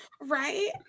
Right